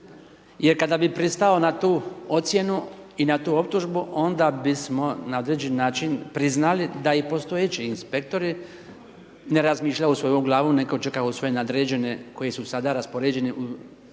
jer kada bih pristao na tu ocjenu i na tu optužbu, onda bismo na određeni način priznali da i postojeći inspektori ne razmišljaju svojom glavom, nego čekaju svoje nadređene koji su sada raspoređeni u brojnim